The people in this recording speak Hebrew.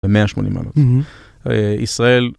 ב 180 מעלות, ישראל.